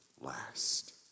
last